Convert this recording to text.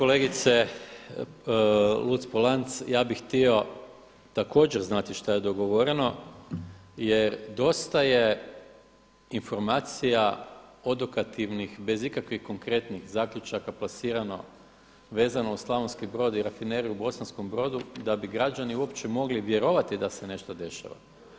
Kolegice Luc-Polanc ja bi htio tako također znati šta je dogovoreno jer dosta je informacija odokativnih bez ikakvih konkretnih zaključaka plasirano vezano uz Slavonski Brod i Rafineriju u Bosanskom Brodu da bi građani uopće mogli vjerovati da se nešto dešava.